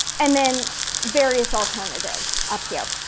and then various alternatives up here.